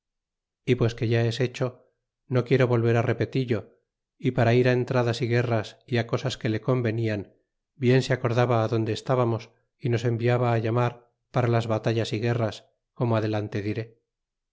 y pues que ya es hecho no quiero volver á repetirlo y para ir entradas y guerras y cosas que le convenian bien se acordaba adonde estábamos y nos enviaba a llamar para las batallas y guerras como adelante diré